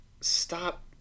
Stop